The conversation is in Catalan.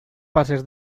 passes